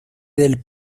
del